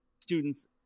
students